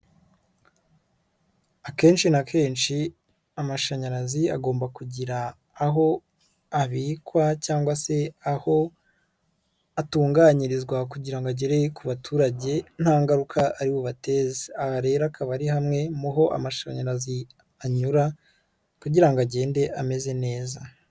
Akenshi na kenshi amashanyarazi agomba kugira aho abikwa cyangwa se aho atunganyirizwa kugira ngo agere ku baturage nta ngaruka aribubateze, aha rero akaba ari hamwe mu ho amashanyarazi anyura kugira ngo agende ameze neza.